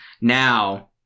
now